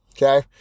Okay